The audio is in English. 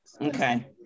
okay